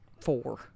four